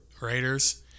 Raiders